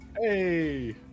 Hey